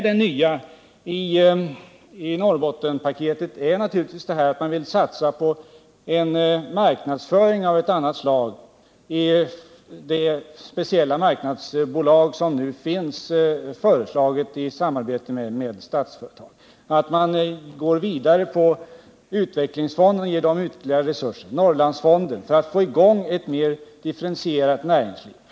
Det nya i Norrbottenspaketet är naturligtvis att man, i samarbete med Statsföretag AB, vill satsa på en marknadsföring av ett annat slag i det speciella marknadsbolag som nu har föreslagits och att man går vidare när det gäller Norrlandsfonden och ger denna ytterligare resurser för att få i gång ett mer differentierat näringsliv.